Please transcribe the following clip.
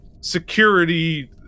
security